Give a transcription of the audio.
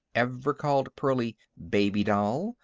ever called pearlie baby doll,